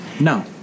No